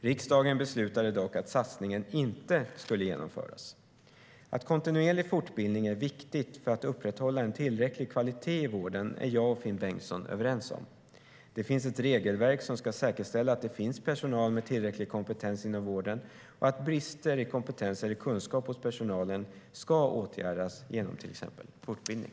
Riksdagen beslutade dock att satsningen inte skulle genomföras. Att kontinuerlig fortbildning är viktigt för att upprätthålla en tillräcklig kvalitet i vården är jag och Finn Bengtsson överens om. Det finns ett regelverk som ska säkerställa att det finns personal med tillräcklig kompetens inom vården och att brister i kompetens eller kunskap hos personalen ska åtgärdas genom till exempel fortbildning.